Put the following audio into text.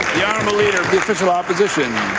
the honourable leader of the official opposition.